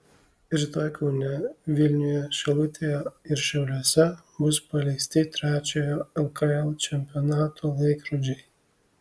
rytoj kaune vilniuje šilutėje ir šiauliuose bus paleisti trečiojo lkl čempionato laikrodžiai